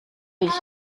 ich